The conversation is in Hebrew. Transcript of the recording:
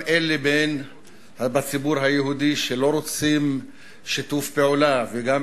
גם אלה בציבור היהודי שלא רוצים שיתוף פעולה וגם